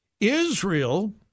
Israel